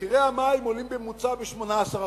מחירי המים עולים בממוצע ב-18%.